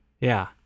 Yeah